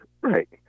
Right